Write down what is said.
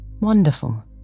Wonderful